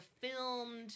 filmed